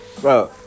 bro